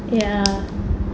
ya